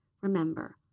Remember